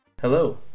Hello